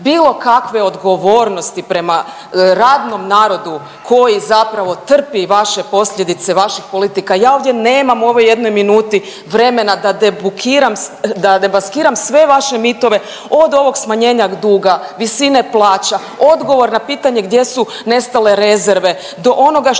bilo kakve odgovornosti prema radnom narodu koji zapravo trpi vaše posljedice vaših politika. Ja ovdje nemam u ovoj jednom minuti vremena da debukiram, da debaskiram sve vaše mitove od ovog smanjenja duga, visine plaća, odgovor na pitanje gdje su nestale rezerve do onoga što